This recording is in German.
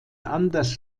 anders